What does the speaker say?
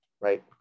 right